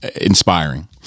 inspiring